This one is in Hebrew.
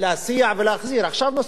עכשיו נוסעים ברכבת.